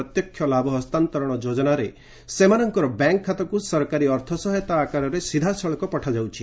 ପ୍ରତ୍ୟକ୍ଷ ଲାଭ ହସ୍ତାନ୍ତରଣ ଯୋଜନାରେ ସେମାନଙ୍କର ବ୍ୟାଙ୍କ୍ ଖାତାକୁ ସରକାରୀ ଅର୍ଥ ସହାୟତା ଆକାରରେ ସିଧାସଳଖ ପଠାଯାଉଛି